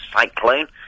Cyclone